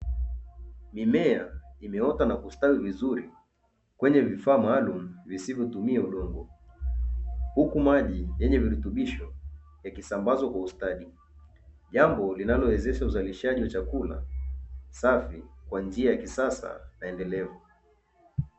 Mimea imeota na kustawi vizuri kwenye vifaa maalum visivyotumia udongo huku maji yenye virutubisho yakisambazwa kwa ustadi jambo linalowezesha uzalishaji wa chakula safi kwa njia ya kisasa na endelevu